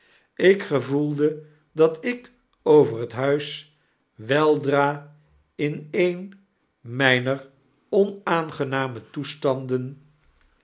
ik gevoelde dat ik over het huis weldra in een myner onaangename toestanden